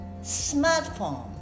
smartphone